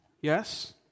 Yes